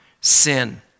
sin